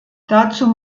dazu